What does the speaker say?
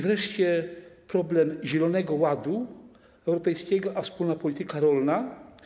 Wreszcie problem Zielonego Ładu Europejskiego i wspólnej polityki rolnej.